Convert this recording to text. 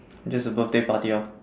just a birthday party ah